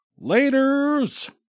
laters